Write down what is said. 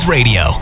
Radio